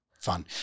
Fun